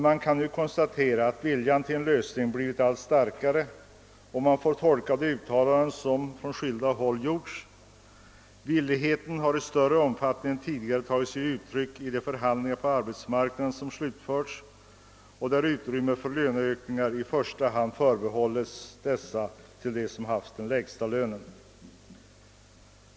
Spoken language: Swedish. Man kan dock konstatera att viljan att åstadkomma en lösning blivit allt större, att döma av uttalanden som gjorts från skilda håll. Villigheten härvidlag har i större omfattning än tidigare tagit sig uttryck i de förhandlingar på arbetsmarknaden som slutförts, där utrymmet för löneökningar i första hand förbehålls dem som haft den lägsta lönen.